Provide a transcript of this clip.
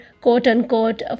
quote-unquote